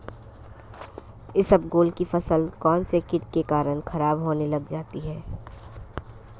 इसबगोल की फसल कौनसे कीट के कारण खराब होने लग जाती है?